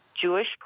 Jewish